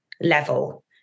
level